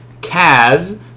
Kaz